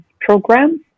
programs